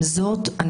עם זאת,